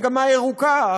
מגמה ירוקה,